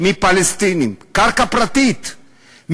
קרקע פרטית,